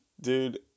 Dude